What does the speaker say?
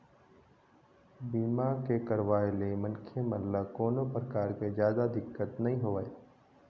बीमा के करवाय ले मनखे मन ल कोनो परकार के जादा दिक्कत नइ होवय